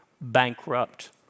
bankrupt